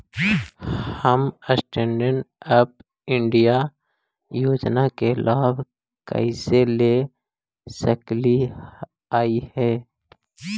हम stand up India योजना के लाभ कइसे ले सकलिअई हे